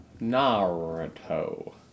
Naruto